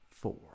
four